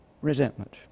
resentment